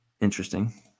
interesting